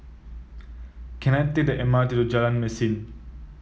can I take the M R T to Jalan Mesin